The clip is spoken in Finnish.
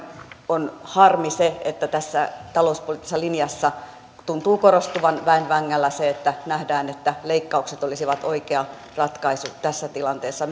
on harmi se että tässä talouspoliittisessa linjassa tuntuu korostuvan väen vängällä se että nähdään että leikkaukset olisivat oikea ratkaisu tässä tilanteessa